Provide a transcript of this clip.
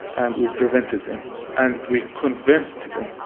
and we prevented them and we convinced them.